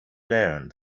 learned